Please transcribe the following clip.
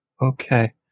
okay